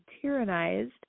tyrannized